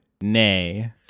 Nay